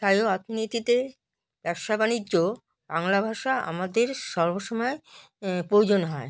স্থানীয় অর্থনীতিতে ব্যবসা বাণিজ্য বাংলা ভাষা আমাদের সর্বসময় প্রয়োজন হয়